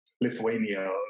lithuania